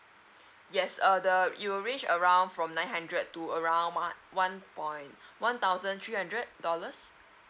yes err the it will range around from nine hundred to around ma one point one thousand three hundred dollars